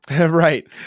Right